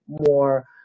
more